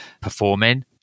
performing